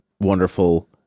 wonderful